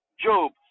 Job